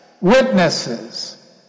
witnesses